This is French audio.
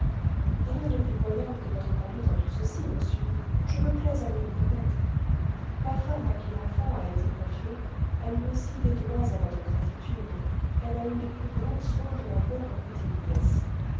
rien de plus loyal que votre conduite en tout ceci monsieur je me plais à le reconnaître la femme à qui l'enfant a été confiée a eu aussi des droits à notre gratitude elle a eu les plus grands soins de ma pauvre petite nièce